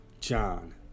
John